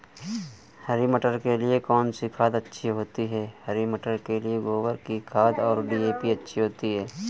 हरी मटर के लिए कौन सी खाद अच्छी होती है?